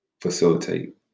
facilitate